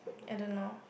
I don't know